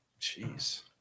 jeez